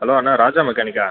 hello அண்ணா ராஜா மெக்கானிக்கா